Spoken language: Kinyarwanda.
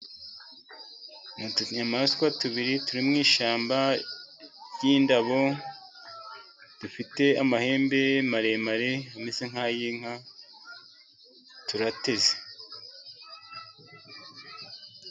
Ni utunyamaswa tubiri turi mu ishyamba ry'indabo, dufite amahembe maremare ameza nk'ay'inka turateze.